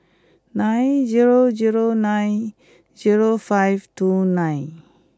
nine zero zero nine zero five two nine